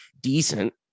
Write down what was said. decent